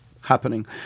happening